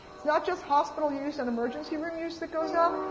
it's not just hospital use and emergency room use that goes up.